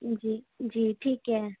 جی جی ٹھیک ہے